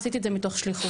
עשיתי את זה מתוך שליחות.